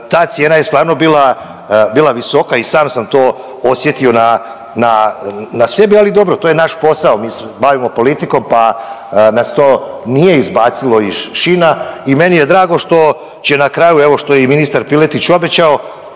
ta cijena je stvarno bila, bila visoka i sam sam to osjetio na, na, na sebi, ali dobro, to je naš posao. Mi se bavimo politikom pa nas to nije izbacilo iz šina i meni je drago što će na kraju, evo što je i ministar Piletić obećao,